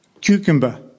cucumber